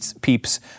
peeps